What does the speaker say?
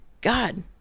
God